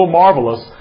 marvelous